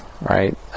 right